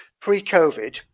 pre-COVID